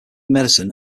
medicine